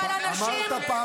ו-101 חטופים, לא נמאס לכם?